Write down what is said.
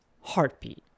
heartbeat